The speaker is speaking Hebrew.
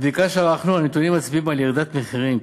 מבדיקה שערכנו, הנתונים מצביעים על ירידת מחירים.